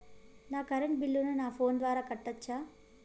నా కరెంటు బిల్లును నా ఫోను ద్వారా కట్టొచ్చా?